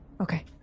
Okay